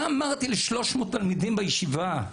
מה אמרתי ל-300 תלמידים בישיבה?